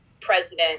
president